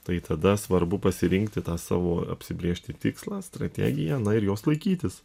tai tada svarbu pasirinkti tą savo apsibrėžti tikslą strategiją na ir jos laikytis